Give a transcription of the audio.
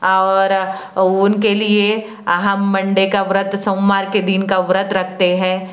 और उनके लिए हम मंडे का व्रत सोमवार के दिन का व्रत रखते हैं